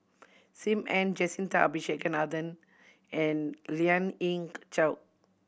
Sim Ann Jacintha Abisheganaden and Lien Ying Chow